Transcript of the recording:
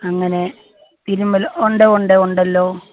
അങ്ങനെ തിരുമ്മൽ ഉണ്ട് ഉണ്ട് ഉണ്ടല്ലോ